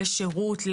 לשירות,